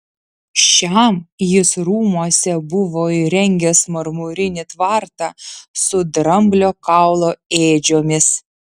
šiam jis rūmuose buvo įrengęs marmurinį tvartą su dramblio kaulo ėdžiomis